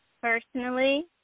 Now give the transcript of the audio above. Personally